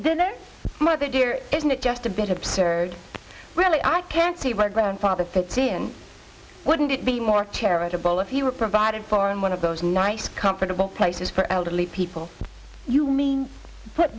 dear isn't it just a bit absurd really i can't see her grandfather fitzy and wouldn't it be more charitable if you were provided for and one of those nice comfortable places for elderly people you mean put